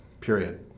period